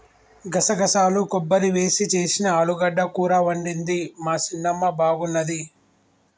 గసగసాలు కొబ్బరి వేసి చేసిన ఆలుగడ్డ కూర వండింది మా చిన్నమ్మ బాగున్నది